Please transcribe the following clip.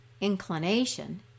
inclination